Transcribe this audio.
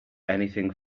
anything